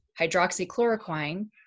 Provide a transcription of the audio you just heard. hydroxychloroquine